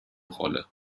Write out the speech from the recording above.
rolle